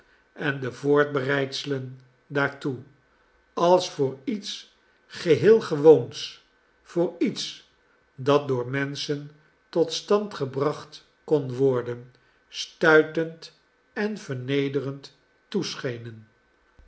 en de voorbereidselen daartoe als voor iets geheel gewoons voor iets dat door menschen tot stand gebracht kon worden stuitend en vernederend toeschenen